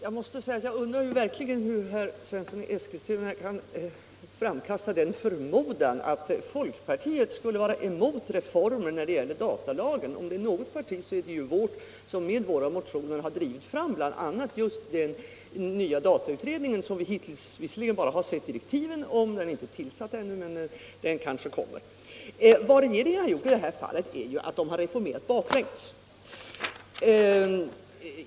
Herr talman! Jag undrar verkligen hur herr Svensson i Eskilstuna kan framkasta den förmodan att folkpartiet skulle vara emot reformer när det gäller datalagen. Det är ju vårt parti om något som med motioner har drivit fram bl.a. den nya datautredningen, en utredning som vi hittills bara har sett direktiven till — den är inte tillsatt ännu, men den kanske kommer. Vad regeringen har gjort i det här fallet är ju att den reformerat baklänges.